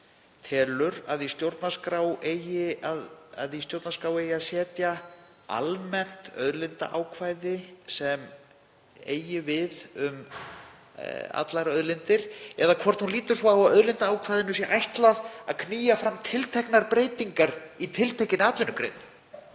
telji að í stjórnarskrá eigi að setja almennt auðlindaákvæði sem eigi við um allar auðlindir eða hvort hún líti svo á að auðlindaákvæðinu sé ætlað að knýja fram tilteknar breytingar í tiltekinni atvinnugrein.